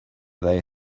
they